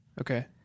Okay